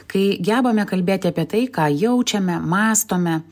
kai gebame kalbėti apie tai ką jaučiame mąstome